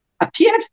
appeared